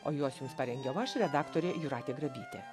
o juos jums parengiau aš redaktorė jūratė grabytė